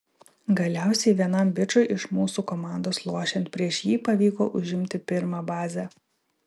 galiausiai vienam bičui iš mūsų komandos lošiant prieš jį pavyko užimti pirmą bazę